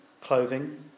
clothing